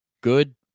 good